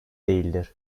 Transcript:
değildir